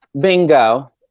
Bingo